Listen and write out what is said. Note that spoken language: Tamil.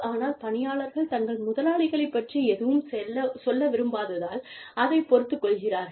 ஆனால் பணியாளர்கள் தங்கள் முதலாளிகளைப் பற்றி எதுவும் சொல்ல விரும்பாததால் அதைப் பொறுத்துக் கொள்கிறார்கள்